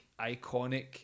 iconic